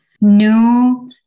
new